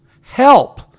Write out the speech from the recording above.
help